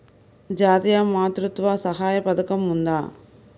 జాతీయ మాతృత్వ సహాయ పథకం ఉందా?